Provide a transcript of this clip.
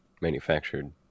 manufactured